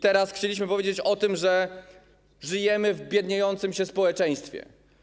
Teraz chcielibyśmy powiedzieć o tym, że żyjemy w biedniejącym społeczeństwie.